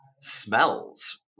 smells